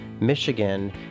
Michigan